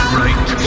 right